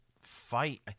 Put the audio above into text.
fight